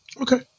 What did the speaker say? okay